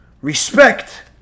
respect